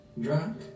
drunk